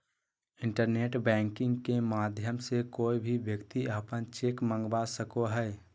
internet banking के माध्यम से कोय भी व्यक्ति अपन चेक मंगवा सको हय